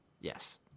Yes